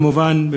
כמובן,